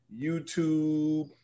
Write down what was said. YouTube